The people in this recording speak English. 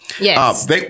yes